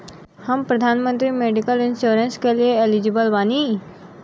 हम प्रधानमंत्री medical insurance के लिए एलिजिबल बानी?